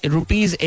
Rupees